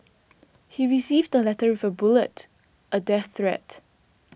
he received the letter with a bullet a death threat